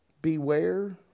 Beware